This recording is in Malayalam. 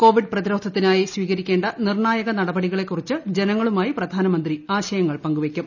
കോവിഡ് പ്രതിരോധത്തിനായി സ്വീകരിക്കേണ്ട നിർണായക നടപടികളെക്കുറിച്ച് ജനങ്ങളുമായി പ്രധാനമന്ത്രി ആശയങ്ങൾ പങ്കു വയ്ക്കും